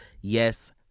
Yes